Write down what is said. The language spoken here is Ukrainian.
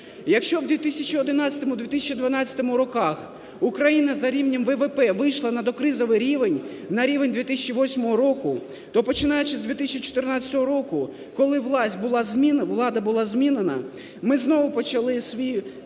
Якщо в 2011-2012 роках Україна за рівнем ВВП вийшла на докризовий рівень – на рівень 2008 року, то, починаючи з 2014 року, коли власть була змінена, влада була змінена,